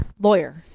lawyer